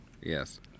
Yes